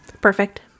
perfect